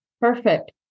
perfect